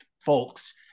folks